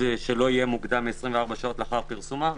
שלא יהיה מוקדם מ-24 שעות לאחר פרסומם.